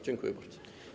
Dziękuję bardzo.